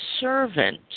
servant